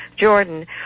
Jordan